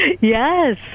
Yes